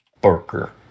Barker